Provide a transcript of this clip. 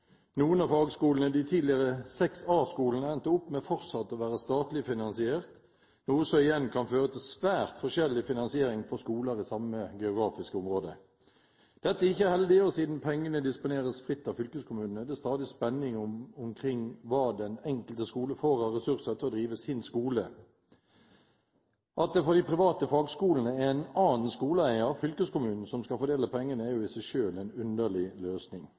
Noen av fagskolene, de tidligere 6A-skolene, endte opp med fortsatt å være statlig finansiert, noe som igjen kan føre til svært forskjellig finansiering for skoler i samme geografiske område. Dette er ikke heldig, og siden pengene disponeres fritt av fylkeskommunene, er det stadig spenning omkring hva den enkelte skole får av ressurser til å drive sin skole. At det for de private fagskolene er en annen skoleeier, fylkeskommunen, som skal fordele pengene, er jo i seg selv en underlig løsning.